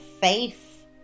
faith